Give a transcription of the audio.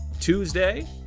Tuesday